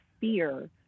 fear